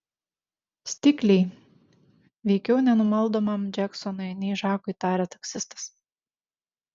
stikliai veikiau nenumaldomam džeksonui nei žakui tarė taksistas